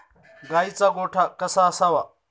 गाईचा गोठा कसा असावा?